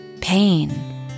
pain